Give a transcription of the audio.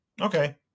Okay